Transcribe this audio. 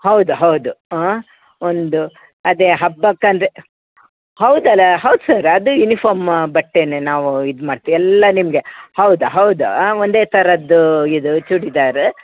ಹೌದು ಹೌದು ಹಾಂ ಒಂದು ಅದೆ ಹಬ್ಬಕ್ಕಂದರೆ ಹೌದಲ್ಲ ಹೌದು ಸರ್ ಅದು ಯುನಿಫಾರ್ಮ್ ಬಟ್ಟೆನೆ ನಾವು ಇದು ಮಾಡ್ತಿ ಎಲ್ಲ ನಿಮಗೆ ಹೌದು ಹೌದು ಒಂದೆ ಥರದ್ದು ಇದು ಚೂಡಿದಾರ್